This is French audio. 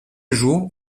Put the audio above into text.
jour